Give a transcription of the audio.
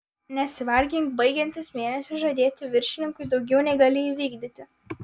nesivargink baigiantis mėnesiui žadėti viršininkui daugiau nei gali įvykdyti